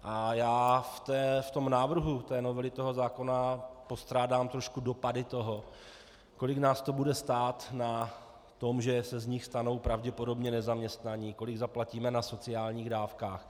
A já v tom návrhu novely zákona postrádám trošku dopady toho, kolik nás to bude stát na tom, že se z nich stanou pravděpodobně nezaměstnaní, kolik zaplatíme na sociálních dávkách.